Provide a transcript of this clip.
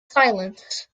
silence